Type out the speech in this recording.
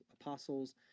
apostles